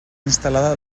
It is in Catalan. instal·lada